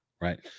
Right